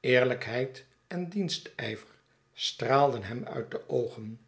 eerlijkheid en dienstijver straalden hem uit de oogen